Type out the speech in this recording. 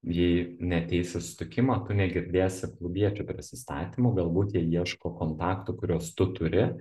jei neateisi į susitikimą tu negirdėsi klubiečių prisistatymų galbūt jie ieško kontaktų kuriuos tu turi